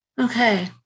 Okay